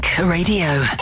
Radio